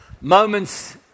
moments